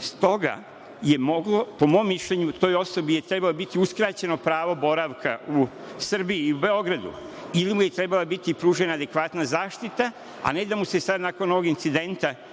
S toga je moglo, po mom mišljenju, toj osobi je trebalo biti uskraćeno pravo boravka u Srbiji i Beogradu ili mu je trebala biti pružena adekvatna zaštita, a ne da mu se sada nakon ovog incidenta